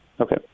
okay